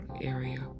area